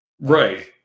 right